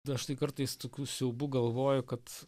dažnai kartais tokių siaubų galvoju kad